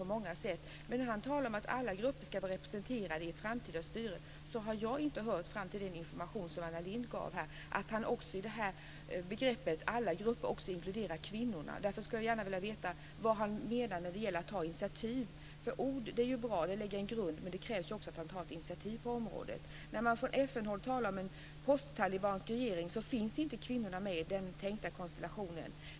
Men när han talar om att alla grupper ska vara representerade i ett framtida styre så har jag fram till den information som Anna Lindh här gav inte hört att han i begreppet alla grupper också inkluderar kvinnorna. Därför skulle jag gärna vilja veta vad han menar när det gäller att ta initiativ. Ord är ju bra. De lägger en grund, men det krävs också att han tar ett initiativ på området. När man från FN-håll talar om en posttalibansk regering så finns inte kvinnorna med i den tänkta konstellationen.